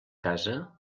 casa